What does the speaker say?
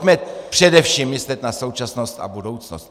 Pojďme především myslet na současnost a budoucnost.